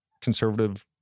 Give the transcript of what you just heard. conservative